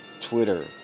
Twitter